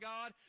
God